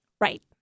Right